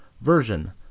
version